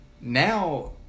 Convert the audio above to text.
now